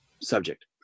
subject